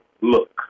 look